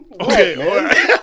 Okay